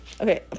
Okay